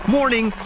Morning